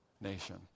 nation